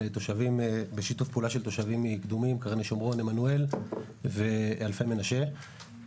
מירב בן ארי, יו"ר ועדת ביטחון פנים: